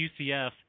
UCF